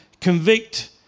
convict